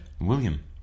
William